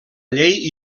llei